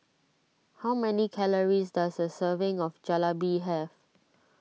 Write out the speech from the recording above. how many calories does a serving of Jalebi have